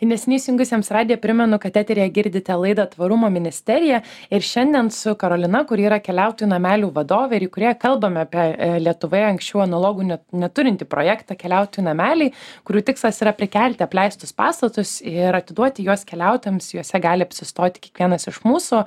neseniai įsirjungusiems radiją primenu kad eteryje girdite laidą tvarumo ministerija ir šiandien su karolina kuri yra keliautojų namelių vadovė ir į kurią kalbame apie lietuvoje anksčiau analogų neturintį projektą keliautojų nameliai kurių tikslas yra prikelti apleistus pastatus ir atiduoti juos keliautojams juose gali apsistoti kiekvienas iš mūsų